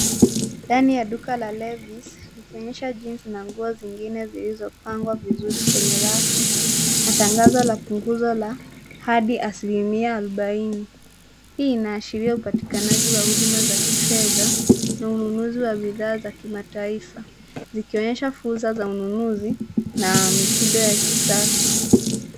Ndani ya duka la Levis likionyesha jeans na nguo zingine zilizopangwa vizuri kwenye rafu na tangazo la punguzo la hadi asilimia arubaini. Hii inaashiria upatikanaji wa huduma za kifedha na ununuzi wa bidhaa za kimataifa zikionyesha fursa za ununuzi na mitindo ya kisasa.